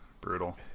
Brutal